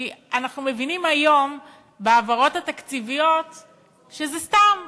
כי אנחנו מבינים היום בהעברות התקציביות שזה סתם,